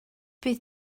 bydd